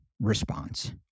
Response